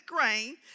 grain